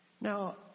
Now